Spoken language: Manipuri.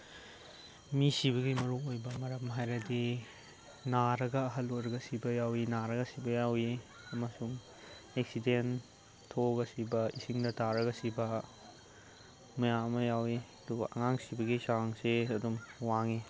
ꯃꯤ ꯁꯤꯕꯒꯤ ꯃꯔꯨꯑꯣꯏꯕ ꯃꯔꯝ ꯍꯥꯏꯔꯗꯤ ꯅꯥꯔꯒ ꯑꯍꯜ ꯑꯣꯏꯔꯒ ꯁꯤꯕ ꯌꯥꯎꯏ ꯅꯥꯔꯒ ꯁꯤꯕ ꯌꯥꯎꯏ ꯑꯃꯁꯨꯡ ꯑꯦꯛꯁꯤꯗꯦꯟ ꯊꯣꯛꯑꯒ ꯁꯤꯕ ꯏꯁꯤꯡꯗ ꯇꯥꯔꯒ ꯁꯤꯕ ꯃꯌꯥꯝ ꯑꯃ ꯌꯥꯎꯏ ꯑꯗꯨꯕꯨ ꯑꯉꯥꯡ ꯁꯤꯕꯒꯤ ꯆꯥꯡꯁꯦ ꯑꯗꯨꯝ ꯋꯥꯡꯉꯤ